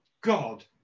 God